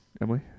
Emily